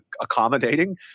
accommodating